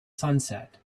sunset